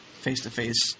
Face-to-face